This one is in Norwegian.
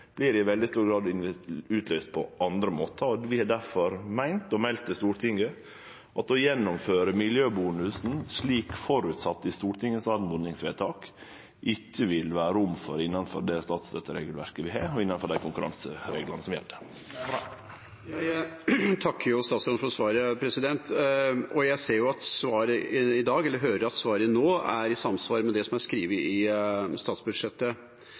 i veldig stor grad vert utløyste på andre måtar. Vi har difor meint, og meldt til Stortinget, at å gjennomføre miljøbonusen slik føresetnaden er i Stortingets oppmodingsvedtak, vil det ikkje vere rom for innanfor det statsstøtteregelverket vi har, og innanfor dei konkurransereglane som gjeld. Jeg takker statsråden for svaret. Jeg hører at svaret nå er i samsvar med det som er skrevet i statsbudsjettet.